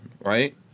right